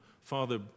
Father